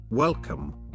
Welcome